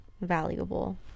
valuable